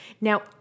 Now